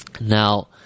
Now